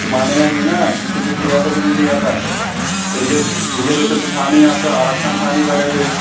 कोई मानेगा नहीं ना कि टिकट लिया था कि नहीं लिया था रिज़र्व रिजर्वेसन तो था नहीं आपका आरक्षण था नहीं पहले से